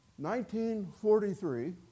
1943